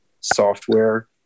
software